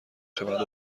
شوند